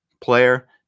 player